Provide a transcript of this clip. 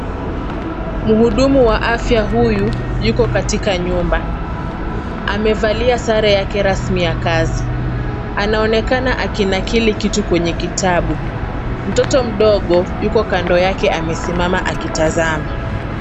Mhudumu wa afya huyu yuko katika nyumba. Amevalia sare yake rasmi ya kazi. Anaonekana akinakili kitu kwenye kitabu. Mtoto mdogo yuko kando yake amesimama akitazama.